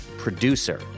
producer